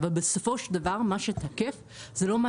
אבל בסופו של דבר מה שתקף הוא לא מה